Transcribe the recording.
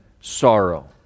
sorrow